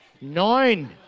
Nine